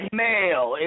male